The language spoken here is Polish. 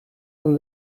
pan